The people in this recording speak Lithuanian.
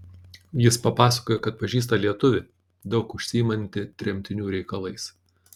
jis papasakojo kad pažįsta lietuvį daug užsiimantį tremtinių reikalais